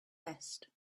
vest